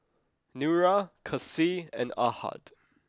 Nura Kasih and Ahad